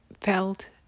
felt